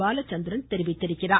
பாலச்சந்திரன் தெரிவித்துள்ளார்